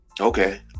Okay